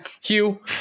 Hugh